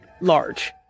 large